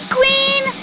Queen